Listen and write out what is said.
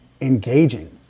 engaging